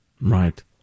Right